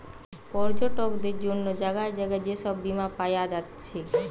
পর্যটকদের জন্যে জাগায় জাগায় যে সব বীমা পায়া যাচ্ছে